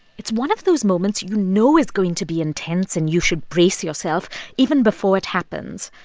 it's one of those moments you know is going to be intense and you should brace yourself even before it happens.